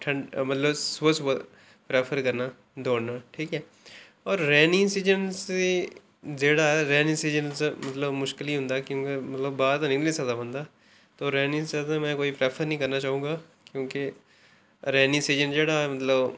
ठंड मतलब सुबह सुबह प्रेफर करना दौड़ना ठीक ऐ होर रेनी सीजन्स दी जेह्ड़ा ऐ रेनी सीजन्स तुस मतलब मुश्कल ई होंदा ऐ क्योंकि मतलब बाहर निं निकली सकदा बंदा तो रेनी च में कोई प्रेफर निं करना चाहुंगा क्योंकि रेनी सीजन जेह्ड़ा ऐ मतलब